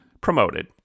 promoted